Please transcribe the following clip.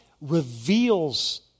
reveals